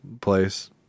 place